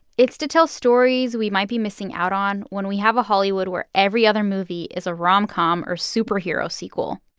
it's to tell stories we might be missing out on when we have a hollywood where every other movie is a rom-com or superhero sequel.